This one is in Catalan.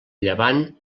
llevant